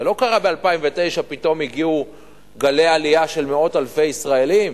הרי לא קרה ב-2009 שפתאום הגיעו גלי עלייה של מאות אלפי ישראלים,